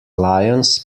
lions